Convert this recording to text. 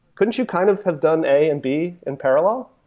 couldn't you kind of have done a and b in parallel?